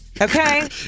Okay